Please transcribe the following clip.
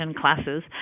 classes